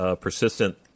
persistent